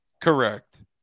Correct